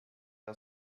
der